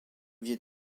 viêt